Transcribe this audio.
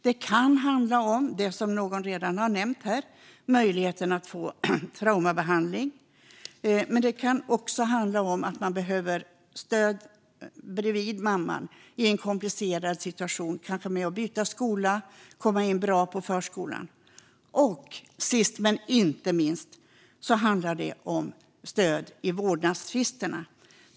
Det kan handla om det som någon redan har nämnt, nämligen barnets möjlighet att få traumabehandling. Det kan också handla om att barnet behöver stöd utöver mamman i en komplicerad situation, till exempel vid skolbyte eller för att komma in bra på förskolan. Sist men inte minst handlar det om stöd i vårdnadstvister.